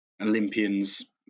Olympians